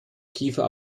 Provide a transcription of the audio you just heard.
kiefer